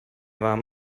warm